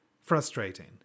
frustrating